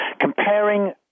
Comparing